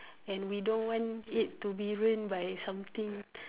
and we don't want it to be ruined by something